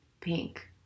Pink